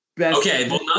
Okay